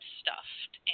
stuffed